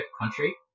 country